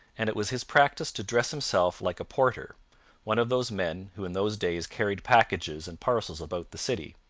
and it was his practice to dress himself like a porter one of those men who in those days carried packages and parcels about the city.